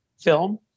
film